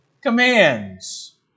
commands